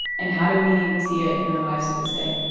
and how do we see it in our lives to this day?